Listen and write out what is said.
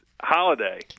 holiday